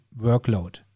workload